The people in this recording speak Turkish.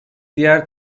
diğer